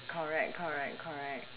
correct correct correct